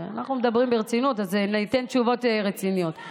אנחנו מדברים ברצינות, אז ניתן תשובות רציניות.